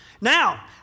Now